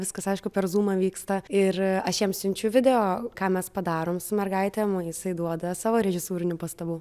viskas aišku per zūmą vyksta ir aš jam siunčiu video ką mes padarom su mergaitėm o jisai duoda savo režisūrinių pastabų